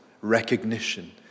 recognition